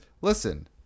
Listen